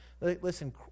Listen